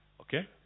Okay